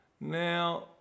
Now